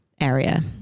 area